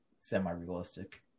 semi-realistic